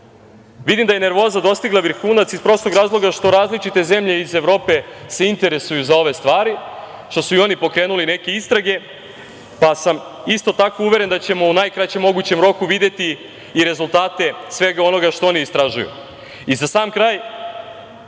da je nervoza dostigla vrhunac iz prostog razloga što različite zemlje iz Evrope se interesuju za ove stvari, što su i oni pokrenuli neke istrage, pa sam isto tako uveren da ćemo u najkraćem mogućem roku videti i rezultate svega onoga što oni istražuju.Za sam kraj,